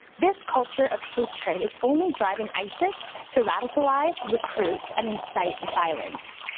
this culture of hatred is only driving isis to radicalize, recruit and incite violence.